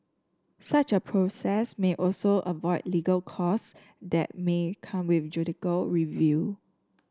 such a process may also avoid legal costs that may come with judicial review